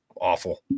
awful